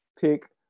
pick